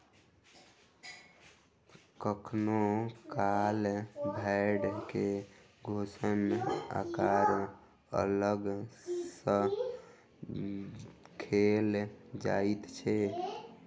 कखनो काल भेंड़ के पोषण आहार अलग सॅ देल जाइत छै